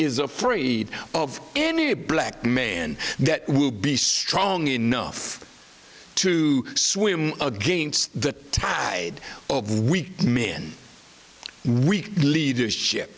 is afraid of any black man that will be strong enough to swim against the tide of weak men weak leadership